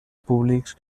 públics